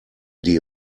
die